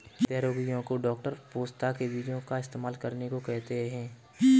हृदय रोगीयो को डॉक्टर पोस्ता के बीजो इस्तेमाल करने को कहते है